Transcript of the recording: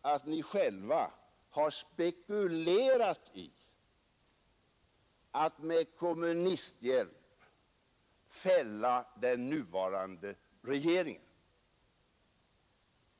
att ni själva har spekulerat i att med kommunisthjälp fälla den nuvarande regeringen.